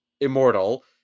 immortal